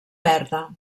verda